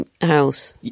house